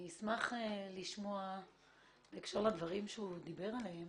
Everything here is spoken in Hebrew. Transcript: אני אשמח לשמוע בהקשר לדברים שהוא דיבר עליהם